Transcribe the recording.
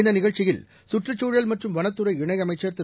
இந்தநிகழ்ச்சியில் கற்றுச் சூழல் மற்றும் வனத்துறை இணையமைச்சர் திரு